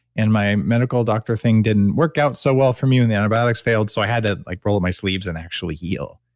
and my medical doctor thing didn't work out so well for me, and the antibiotics failed so i had to like roll up my sleeves and actually heal.